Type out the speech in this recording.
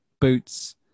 boots